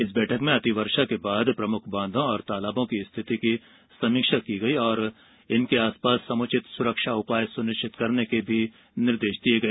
इस बैठक में अतिवर्षा के बाद प्रमुख बांधों और तालाबों की स्थिति की समीक्षा की गई और इनके आसपास समुचित सुरक्षा उपाय सुनिश्चित करने के निर्देश भी दिये गये